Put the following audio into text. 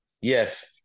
Yes